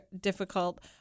difficult